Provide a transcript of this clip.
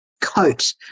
coat